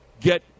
get